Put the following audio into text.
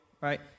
right